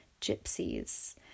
gypsies